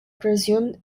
presumed